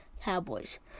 Cowboys